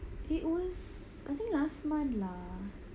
it was I think last month lah